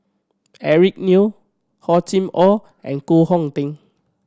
Eric Neo Hor Chim Or and Koh Hong Teng